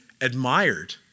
admired